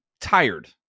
tired